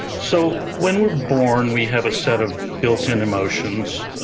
so when we're born, we have a set of built-in emotions.